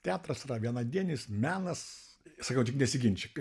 teatras yra vienadienis menas sakau tik nesiginčyk